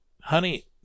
Honey